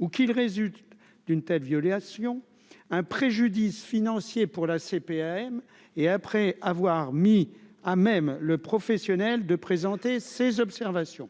ou qu'ils résultent d'une telle violation un préjudice financier pour la CPAM et après avoir mis à même le professionnel de présenter ses observations,